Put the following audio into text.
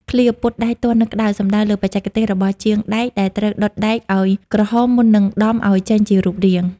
ឃ្លា «ពត់ដែកទាន់នៅក្ដៅ» សំដៅលើបច្ចេកទេសរបស់ជាងដែកដែលត្រូវដុតដែកឱ្យក្រហមមុននឹងដំឱ្យចេញជារូបរាង។